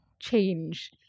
change